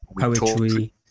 poetry